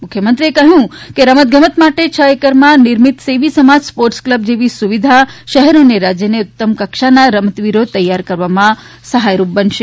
મુખ્યમંત્રીએ કહ્યું કે રમત ગમત માટે છ એકરમાં નિર્મિત સેવી સમાજ સ્પોર્ટ્સ ક્લબ જેવી સુવિધા શહેર અને રાજ્યને ઉત્તમ કક્ષાના રમતવીરો તૈયાર કરવામાં સહાયરૂપ બનશે